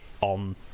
on